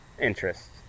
interests